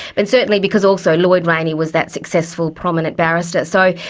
and certainly because also lloyd rayney was that successful, prominent barrister. so,